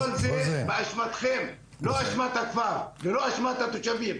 כל זה באשמתכם ולא באשמת הכפר או התושבים,